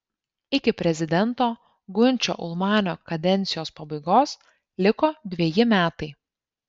iki prezidento gunčio ulmanio kadencijos pabaigos liko dveji metai